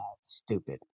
stupid